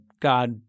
God